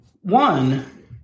one